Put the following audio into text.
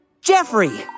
Jeffrey